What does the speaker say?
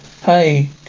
Hi